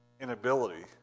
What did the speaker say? inability